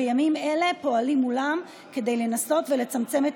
ובימים אלה פועלים מולם כדי לנסות ולצמצם את